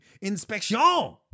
inspection